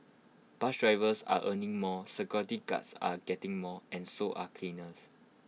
bus drivers are earning more security guards are getting more and so are cleaners